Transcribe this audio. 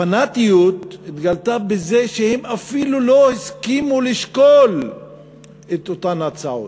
הפנאטיות התגלתה בזה שהם אפילו לא הסכימו לשקול את אותן הצעות.